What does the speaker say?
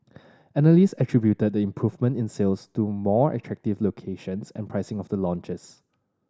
analyst attributed the improvement in sales to more attractive locations and pricing of the launches